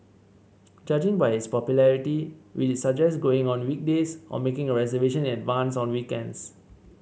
judging by its popularity we'd suggest going on weekdays or making a reservation in advance on weekends